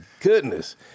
goodness